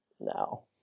no